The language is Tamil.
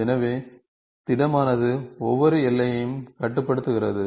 எனவே திடமானது ஒவ்வொரு எல்லையையும் கட்டுப்படுத்துகிறது